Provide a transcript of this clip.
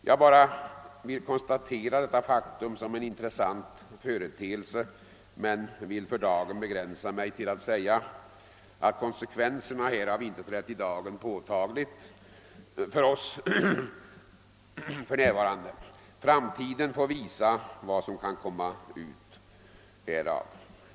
Jag konstaterar detta faktum som en intressant företeelse men vill för närvarande begränsa mig till att säga, att konsekvenserna härav inte trätt i dagen påtagligt för oss. Framtiden får visa vad som kan bli följden.